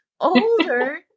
Older